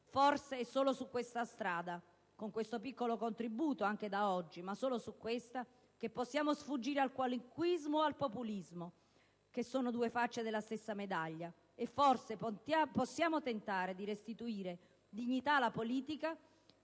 Forse è solo su questa strada, con questo piccolo contributo di oggi, che possiamo sfuggire al qualunquismo e al populismo, che sono due facce della stessa medaglia. Forse possiamo tentare di restituire dignità alla politica,